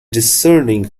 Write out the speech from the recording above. discerning